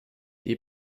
die